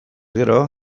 gero